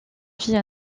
vie